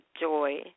joy